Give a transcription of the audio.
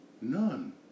None